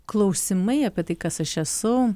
klausimai apie tai kas aš esu